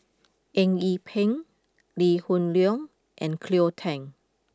Eng Yee Peng Lee Hoon Leong and Cleo Thang